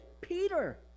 Peter